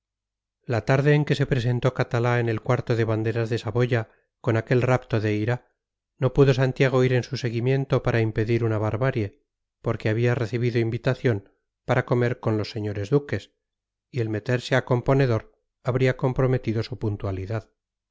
la tarde en que se presentó catalá en el cuarto de banderas de saboya con aquel rapto de ira no pudo santiago ir en su seguimiento para impedir una barbarie porque había recibido invitación para comer con los señores duques y el meterse a componedor habría comprometido su puntualidad